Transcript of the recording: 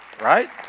Right